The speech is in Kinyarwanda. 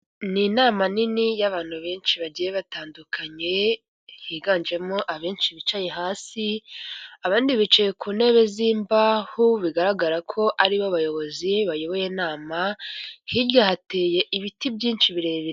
Ni inama nini y'abantu benshi bagiye batandukanye, higanjemo abenshi bicaye hasi abandi bicaye ku ntebe z'imbaho, bigaragara ko aribo bayobozi bayoboye inama, hirya hateye ibiti byinshi birebire.